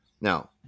Now